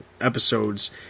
episodes